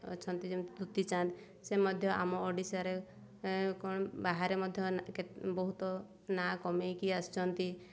ଅଛନ୍ତି ଯେମିତି ଦୂତୀ ଚାନ୍ଦ ସେ ମଧ୍ୟ ଆମ ଓଡ଼ିଶାରେ କ'ଣ ବାହାରେ ମଧ୍ୟ ବହୁତ ନାଁ କମାଇକି ଆସିଛନ୍ତି